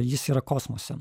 jis yra kosmose